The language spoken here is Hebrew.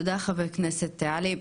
תודה חה"כ עלי,